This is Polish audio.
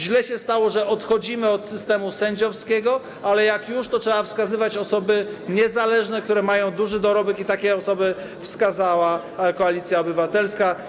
Źle się stało, że odchodzimy od systemu sędziowskiego, ale jak już, to trzeba wskazywać osoby niezależne, które mają duży dorobek, i takie osoby wskazała Koalicja Obywatelska.